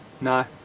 No